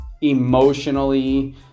emotionally